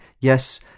Yes